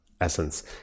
essence